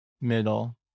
middle